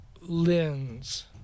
lens